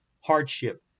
hardship